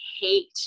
hate